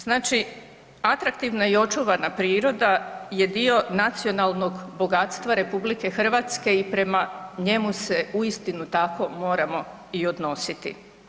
Znači atraktivna i očuvanja priroda je dio nacionalnog bogatstva RH i prema njemu se uistinu tako moramo i odnositi.